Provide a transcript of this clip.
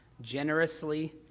generously